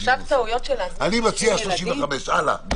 אני מציע 35. הלאה.